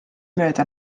mööda